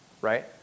Right